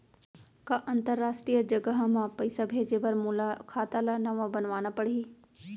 का अंतरराष्ट्रीय जगह म पइसा भेजे बर मोला खाता ल नवा बनवाना पड़ही?